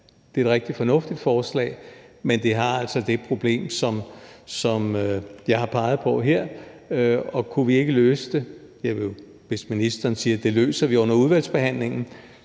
det er et rigtig fornuftigt forslag, men det har altså det problem, som jeg har peget på her. Og hvis vi kunne løse det, altså hvis ministeren siger, at det løser vi under udvalgsbehandlingen,